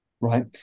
right